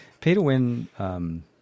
Pay-to-win